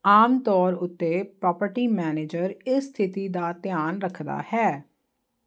ਆਮ ਤੌਰ ਉੱਤੇ property manager ਇਸ ਸਥਿਤੀ ਦਾ ਧਿਆਨ ਰੱਖਦਾ ਹੈ